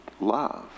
love